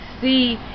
see